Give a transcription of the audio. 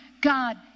God